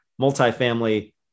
multifamily